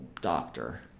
doctor